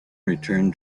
return